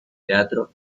teatro